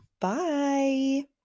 Bye